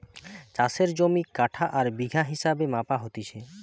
চাষের জমি কাঠা আর বিঘা হিসেবে মাপা হতিছে